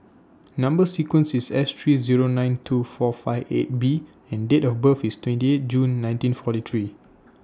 Number sequence IS S three Zero nine two four five eight B and Date of birth IS twenty eight June nineteen forty three